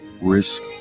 risk